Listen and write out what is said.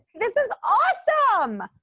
this is awesome!